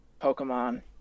Pokemon